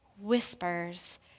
whispers